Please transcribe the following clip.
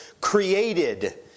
created